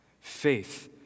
faith